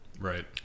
Right